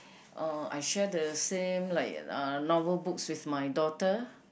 uh I share the same like uh novel books with my daughter